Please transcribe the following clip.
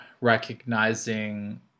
recognizing